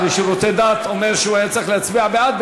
השר לשירותי דת אומר שהוא היה צריך להצביע בעד,